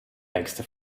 längste